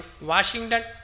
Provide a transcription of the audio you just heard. Washington